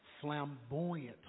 Flamboyant